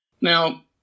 Now